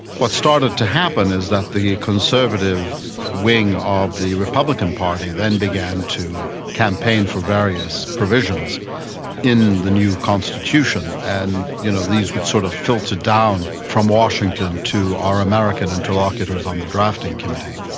what started to happen is that the conservative wing of the republican party then began to campaign for various provisions in the new constitution, and you know these would sort of filter down from washington to our american interlocutors on the drafting committee.